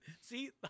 See